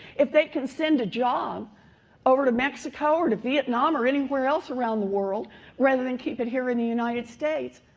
if they can send a job over to mexico or to vietnam or anywhere else around the world rather than keep it here in the united states,